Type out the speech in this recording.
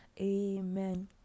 amen